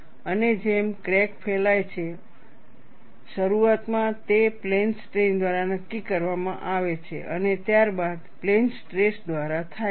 અને જેમ ક્રેક ફેલાય છે અને જેમ ક્રેક ફેલાય છે શરૂઆતમાં તે પ્લેન સ્ટ્રેઈન દ્વારા નક્કી કરવામાં આવે છે અને ત્યારબાદ પ્લેન સ્ટ્રેસ દ્વારા થાય છે